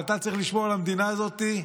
שאתה צריך לשמור על המדינה הזאת,